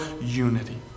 unity